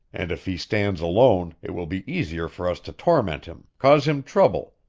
and, if he stands alone, it will be easier for us to torment him, cause him trouble,